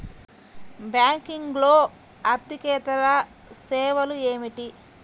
బ్యాంకింగ్లో అర్దికేతర సేవలు ఏమిటీ?